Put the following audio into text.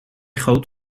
goot